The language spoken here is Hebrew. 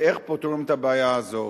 ואיך פותרים את הבעיה הזאת.